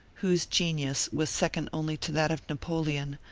whose genius was second only to that of napoleon,